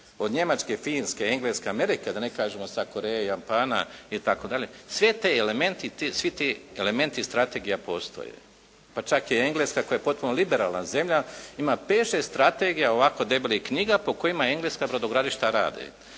od Njemačke, Finske, Engleske, Amerike da ne kažemo sada Koreje, Japana itd. svi ti elementi strategija postoje. Pa čak je Engleska liberalna zemlja ima pet, šest strategija ovako debelih knjiga po kojima engleska brodogradilišta rade,